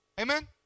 Amen